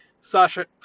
Sasha